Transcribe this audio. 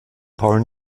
paul